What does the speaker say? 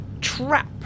trap